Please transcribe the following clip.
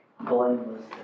blameless